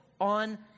on